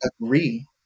agree